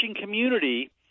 community